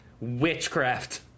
witchcraft